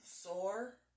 sore